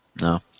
No